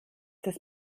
das